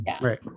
Right